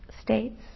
states